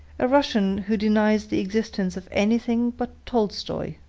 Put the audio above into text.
a russian who denies the existence of anything but tolstoi.